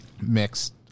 mixed